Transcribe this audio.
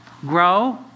Grow